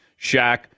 Shaq